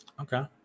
Okay